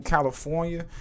California